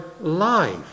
life